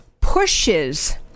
pushes